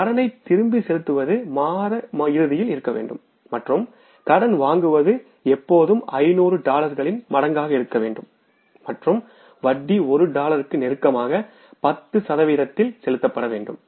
கடனை திருப்பிச் செலுத்துவது மாத இறுதியில் இருக்க வேண்டும் மற்றும் கடன் வாங்குவது எப்போதும் 500 டாலர்களின் மடங்காக இருக்க வேண்டும் மற்றும் வட்டி 1 டாலர்களுக்கு நெருக்கமாக 10 சதவீத வீதத்தில் செலுத்தப்பட வேண்டும்